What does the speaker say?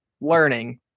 learning